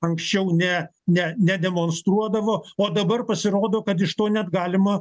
anksčiau ne ne nedemonstruodavo o dabar pasirodo kad iš to net galima